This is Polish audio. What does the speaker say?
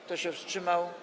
Kto się wstrzymał?